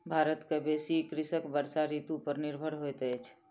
भारत के बेसी कृषक वर्षा ऋतू पर निर्भर होइत अछि